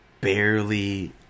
barely